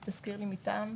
תזכיר לי מאיפה?